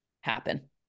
happen